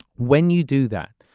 when you do that,